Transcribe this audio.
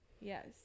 yes